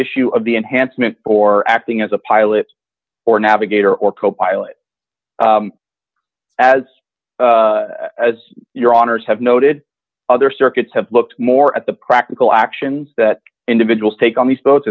issue of the enhancement or acting as a pilot or navigator or copilot as as your honour's have noted other circuits have looked more at the practical actions that individuals take on these boats